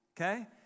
okay